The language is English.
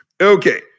Okay